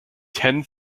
ten